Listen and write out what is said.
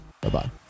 Bye-bye